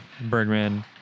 Bergman